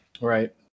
right